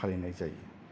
फालिनाय जायो